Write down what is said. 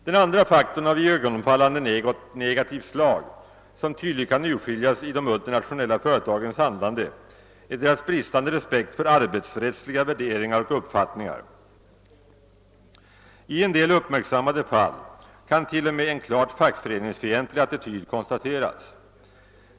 Den andra faktor av iögonenfallande negativt slag, som tydligt kan urskiljas i de multinationella företagens handlande, är deras bristande respekt för arbetsrättsliga värderingar och uppfattningar. I en del uppmärksammade fall kan t.o.m. en klart fackföreningsfientlig attityd konstateras.